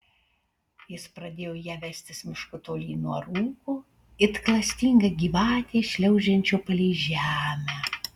jis pradėjo ją vestis mišku tolyn nuo rūko it klastinga gyvatė šliaužiančio palei žemę